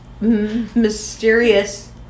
mysterious